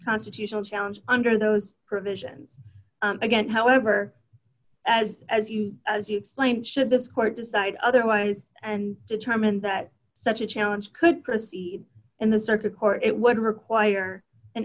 constitutional challenge under those provisions again however as as you claim should this court decide otherwise and determine that such a challenge could proceed in the circuit court it would require an